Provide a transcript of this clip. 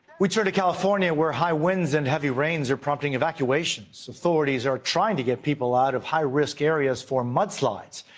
we turn to california where high winds and heavy rains are prompting evacuations. authorities are trying to get people out of high-risk areas for mudslides.